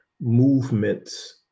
movements